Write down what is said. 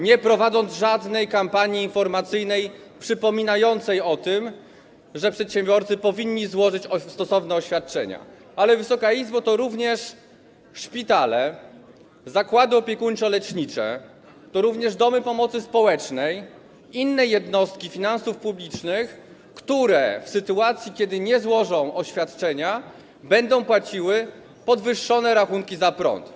nie prowadząc żadnej kampanii informacyjnej przypominającej o tym, że przedsiębiorcy powinni złożyć stosowne oświadczenia, ale, Wysoka Izbo, to również szpitale, zakłady opiekuńczo-lecznicze, to również domy pomocy społecznej, inne jednostki sektora finansów publicznych, które w sytuacji kiedy nie złożą oświadczenia, będą płaciły podwyższone rachunki za prąd.